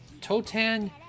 Totan